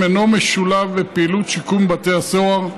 אינו משולב בפעילות שיקום בבתי הסוהר,